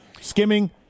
Skimming